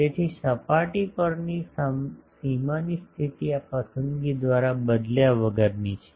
તેથી સપાટી પરની સીમાની સ્થિતિ આ પસંદગી દ્વારા બદલ્યા વગર ની છે